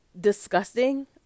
disgusting